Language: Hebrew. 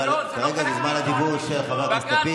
אבל כרגע זה זמן הדיבור של חבר הכנסת לפיד.